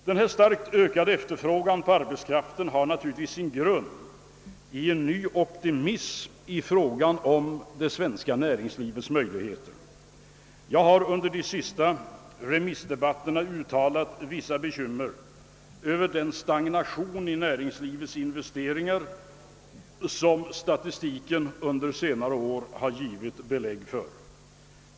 Denna starkt ökade efterfrågan på arbetskraft sammanhänger med en ny optimism i fråga om det svenska näringslivets utsikter. Jag har under de senaste remissdebatterna uttalat vissa bekymmer över den stagnation i näringslivets investeringar som statistiken givit belägg för.